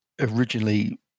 originally